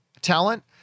talent